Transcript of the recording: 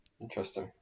Interesting